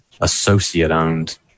associate-owned